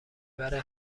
برای